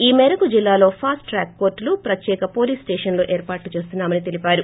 ఈ మేరకు జిల్లాలో పాస్ట్ ట్రాక్ కోర్టులు ప్రత్యేక పోలీస్ స్టేషన్లను ఏర్పాటు చేస్తున్నా మని చెప్పారు